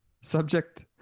Subject